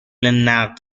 نقد